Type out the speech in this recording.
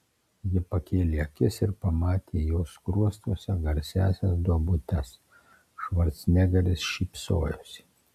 ji pakėlė akis ir pamatė jo skruostuose garsiąsias duobutes švarcnegeris šypsojosi